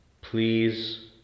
please